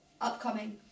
upcoming